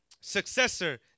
Successor